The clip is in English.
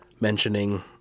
mentioning